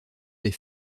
des